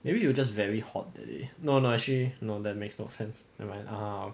maybe you just very hot that day no no actually no that makes no sense nevermind ah